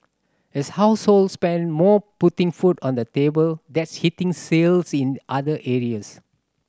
as households spend more putting food on the table that's hitting sales in other areas